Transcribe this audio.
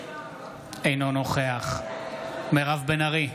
אינו נוכח מירב בן ארי,